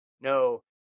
No